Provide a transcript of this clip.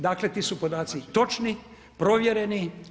Dakle, ti su podaci točni, provjereni.